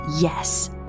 yes